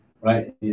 right